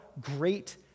great